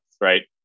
right